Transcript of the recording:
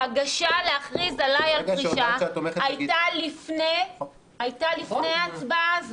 ההגשה להכריז עליי על פרישה הייתה לפני ההצבעה הזו.